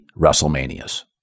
WrestleManias